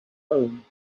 home